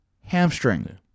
Hamstring